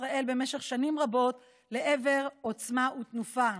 ישראל במשך שנים רבות לעבר עוצמה ותנופה.